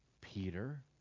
Peter